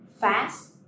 fast